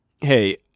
hey